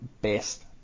best